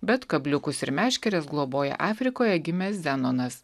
bet kabliukus ir meškeres globoja afrikoje gimęs zenonas